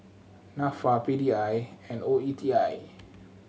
Nafa P D I and O E T I